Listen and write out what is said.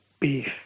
beef